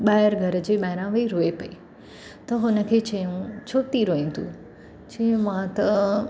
ॿाहिरि घर जे ॿाहिरां विही रोए पई त हुन खे चयूं छो थी रोए तूं चई मां त